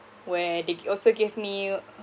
where they also gave me